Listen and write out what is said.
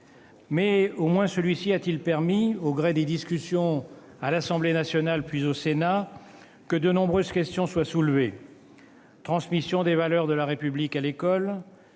! Au moins celui-ci a-t-il permis, au gré des discussions à l'Assemblée nationale, puis au Sénat, que de nombreuses questions soient soulevées :